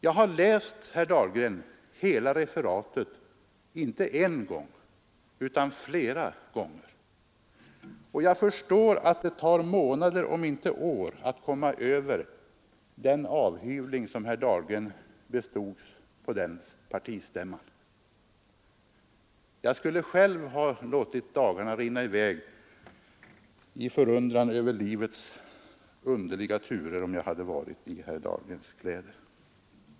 Jag har, herr Dahlgren, läst hela referatet inte en gång utan flera gånger, och jag förstår att det tar månader — om inte år — att komma över den avhyvling som herr Dahlgren bestods på den partistämman. Jag skulle själv ha fyllts av förundran över livets underliga turer om jag hade varit i herr Dahlgrens kläder.